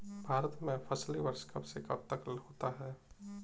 भारत में फसली वर्ष कब से कब तक होता है?